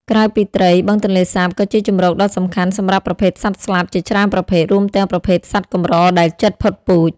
ក្រៅពីត្រី បឹងទន្លេសាបក៏ជាជម្រកដ៏សំខាន់សម្រាប់ប្រភេទសត្វស្លាបជាច្រើនប្រភេទ រួមទាំងប្រភេទសត្វកម្រដែលជិតផុតពូជ។